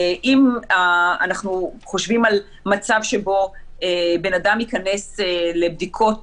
אם אנחנו חושבים על מצב שבו בן אדם ייכנס לבדיקות,